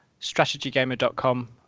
strategygamer.com